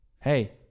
hey